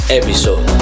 episode